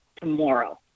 tomorrow